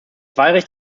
wahlrecht